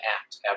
act